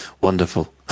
Wonderful